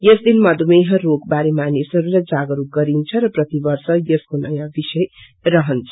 यस दिन मधुमेह रोग बारे मानिसहरूलाई जागरूकता गरिन्छ र प्रतिवर्ष यसको नयाँ विषय रहन्छ